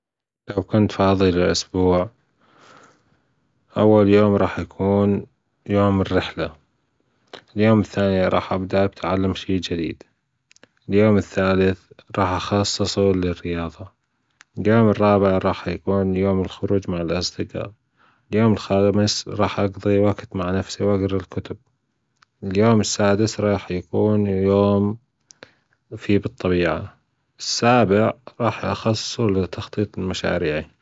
لو كنت فاضي لأسبوع أول يوم أكون يوم الرحلة اليوم الثاني رح أبدأ أتعلم شي جديد اليوم الثالث رح أخصصه للرياضة اليوم الرابع رح يكون اليوم الخروج مع الأصدقاء اليوم الخامس رح أقضي وقت مع نفسي وأجرا الكتب اليوم السادس رح يكون يوم فيه بالطبيعة السابع رح أخصصه للتخطيط لمشاريعي.